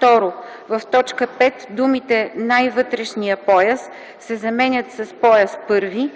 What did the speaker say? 2. В т. 5, думите „най-вътрешния пояс” се заменят с „пояс І”,